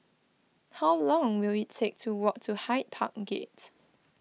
how long will it take to walk to Hyde Park Gates